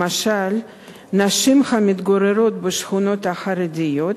למשל נשים המתגוררות בשכונות חרדיות,